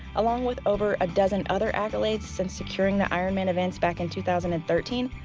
along with over a dozen other accolades since securing the ironman events back in two thousand and thirteen,